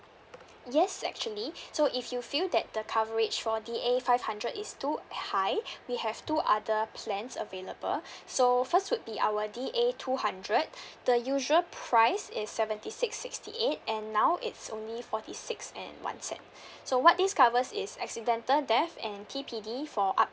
yes actually so if you feel that the coverage for D_A five hundred is too high we have two other plans available so first would be our D_A two hundred the usual price is seventy six sixty eight and now it's only forty six and one cent so what this covers is accidental death and T_P_D for up